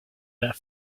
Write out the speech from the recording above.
that